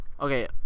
okay